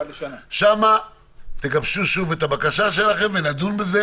שם תגבשו שוב את הבקשה שלכם ונדון בזה